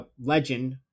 legend